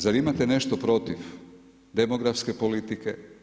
Zar imate nešto protiv demografske politike?